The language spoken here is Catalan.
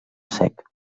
sec